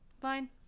fine